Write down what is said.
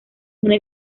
una